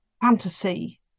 fantasy